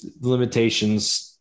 limitations